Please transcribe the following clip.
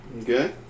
Okay